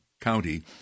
County